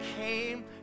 came